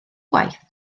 gwaith